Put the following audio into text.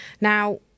Now